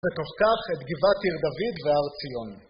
ותוך כך את גבעת עיר דוד והר ציון.